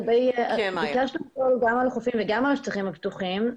אתם ביקשתם גם על החופים וגם על השטחים הפתוחים.